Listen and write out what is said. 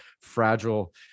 fragile